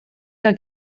que